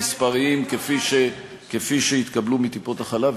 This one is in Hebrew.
אלה הנתונים המספריים שהתקבלו מטיפות-החלב,